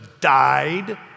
died